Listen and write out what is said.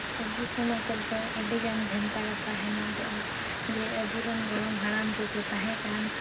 ᱟᱵᱚ ᱥᱚᱢᱟᱡᱽ ᱨᱮᱫᱚ ᱟᱹᱰᱤᱜᱟᱱ ᱵᱷᱮᱱᱛᱟ ᱠᱟᱛᱷᱟ ᱦᱮᱱᱟᱜᱚᱜᱼᱟ ᱡᱮ ᱟᱵᱚᱨᱮᱱ ᱜᱚᱲᱚᱢ ᱦᱟᱲᱟᱢ ᱠᱚᱠᱚ ᱛᱟᱦᱮᱸᱠᱟᱱ